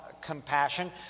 compassion